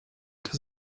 does